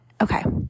Okay